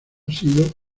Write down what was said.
sido